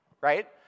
Right